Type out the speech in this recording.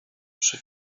przy